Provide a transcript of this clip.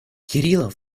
кириллов